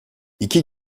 i̇ki